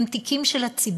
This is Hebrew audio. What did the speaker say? הם תיקים של הציבור,